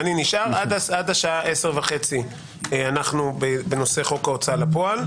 עד 10:30 אנחנו בנושא חוק ההוצאה לפועל.